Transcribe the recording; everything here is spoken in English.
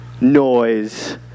noise